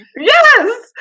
yes